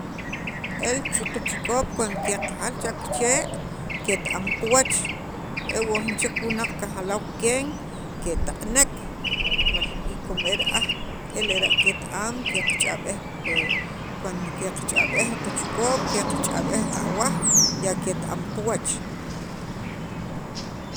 el kachukop cuando qeqajal che kichee' ket- am qawach e wo jun chek wunaq kajalaw keen ketaq'nek mal y como ra'aj e lera' ket- am qeqch'ab'ej pi cuando qeqch'ab'ej li qachukop qeqch'ab'ej qe awaj ya ket- am qawach.